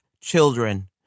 children